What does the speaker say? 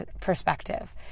perspective